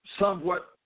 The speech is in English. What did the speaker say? somewhat